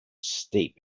steep